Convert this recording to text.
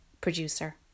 producer